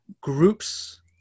groups